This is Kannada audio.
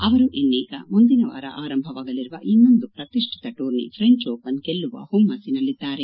ಅವರು ಇನ್ನೀಗ ಮುಂದಿನವಾರ ಆರಂಭವಾಗಲಿರುವ ಇನ್ನೊಂದು ಪ್ರತಿಷ್ಠಿತ ಟೂರ್ನಿ ಫ್ರೆಂಚ್ ಓಪನ್ ಗೆಲ್ಲುವ ಹುಮ್ಸಿನಲ್ಲಿದ್ದಾರೆ